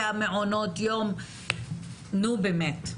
נו, באמת.